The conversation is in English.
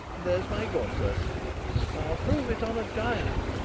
there's my gauntlet i'll prove it on a giant